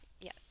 Yes